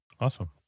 Awesome